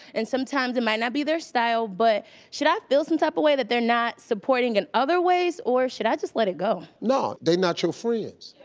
and sometimes it and might not be their style, but should i feel some type of way that they're not supporting in other ways, or should i just let it go? no, they're not your friends.